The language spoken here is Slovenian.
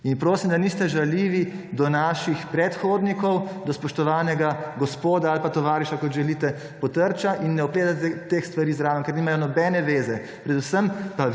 In prosim, da niste žaljivi do naših predhovnikov, do spoštovanega gospoda ali pa tovariša, kot želite, Potrča in ne vpletate teh stvari zraven, ker nimajo nobene veze. Predvsem